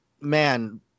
man